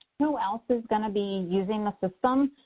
who else is going to be using the system.